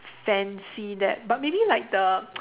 fancy that but maybe like the